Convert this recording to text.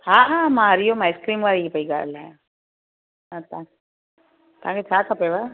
हा हा मां हरि ओम आइस्क्रीम वारी पइ ॻाल्हायां अच्छा तव्हांखे छा खपेव